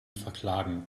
verklagen